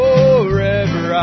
Forever